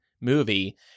movie